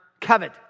covet